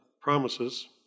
promises